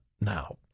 now